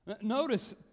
Notice